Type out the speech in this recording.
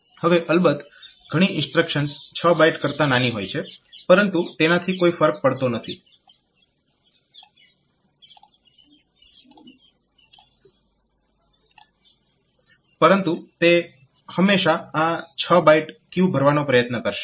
હવે અલબત્ત ઘણી ઇન્સ્ટ્રક્શન્સ 6 બાઈટ કરતા નાની હોય છે પરંતુ તેનાથી કોઈ ફર્ક પડતો નથી પરંતુ તે હંમેશા આ 6 બાઈટ ક્યુ ભરવાનો પ્રયત્ન કરશે